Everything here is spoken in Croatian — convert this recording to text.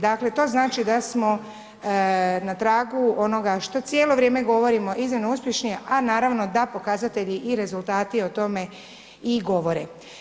Dakle, to znači da smo na tragu onoga što cijelo vrijeme govorimo iznimno uspješno, a naravno da pokazatelji i rezultati o tome i govore.